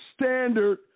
standard